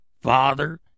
father